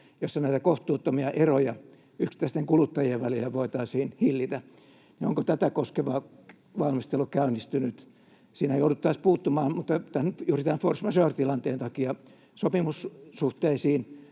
jossa näitä kohtuuttomia eroja yksittäisten kuluttajien välillä voitaisiin hillitä. Onko tätä koskeva valmistelu käynnistynyt? Siinähän jouduttaisiin puuttumaan juuri tämän force majeure ‑tilanteen takia sopimussuhteisiin,